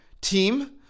team